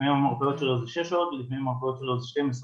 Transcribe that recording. לפעמים יום העבודה שלו זה שש שעות ולפעמים יום העבודה שלו זה 12 שעות.